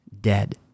dead